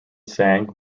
sang